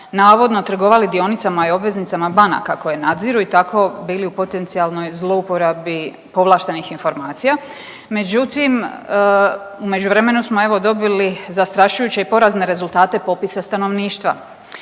navodno trgovali dionicama i obveznicama banaka koje nadziru i tako bili u potencijalnoj zlouporabi povlaštenih informacija. Međutim, u međuvremenu smo dobili zastrašujuće i porazne rezultate popisa stanovništva,